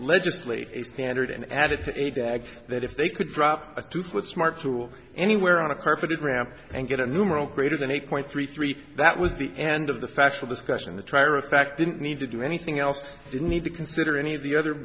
legislate a standard in added a dag that if they could drop a tooth with smart tool anywhere on a carpeted ramp and get a numeral greater than eight point three three that was the end of the factual discussion the trier of fact didn't need to do anything else didn't need to consider any of the other